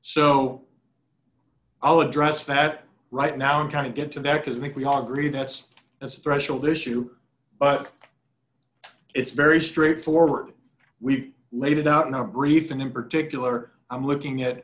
so i'll address that right now in kind of get to that because i think we all agree that's as a threshold issue but it's very straightforward we've laid it out in our brief and in particular i'm looking at